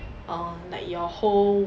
err like your whole